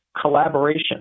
collaboration